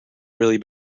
really